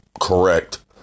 correct